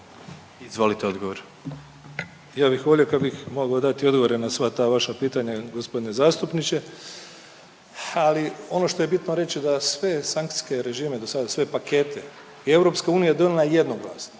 Frano (HDZ)** Ja bih volio kad bih mogao dati odgovore na sva ta vaša pitanja g. zastupniče, ali ono što je bitno reći da sve sankcijske režime do sada, sve pakete je EU donijela jednoglasno.